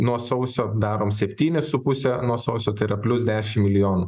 nuo sausio darom septynis su puse nuo sausio tai yra plius dešim milijonų